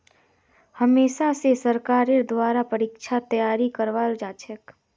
हमेशा स सरकारेर द्वारा परीक्षार तैयारी करवाल जाछेक